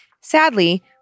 Sadly